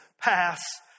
pass